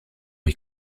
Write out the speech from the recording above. est